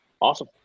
Awesome